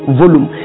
volume